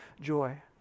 joy